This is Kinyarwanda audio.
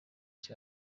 cyane